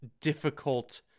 difficult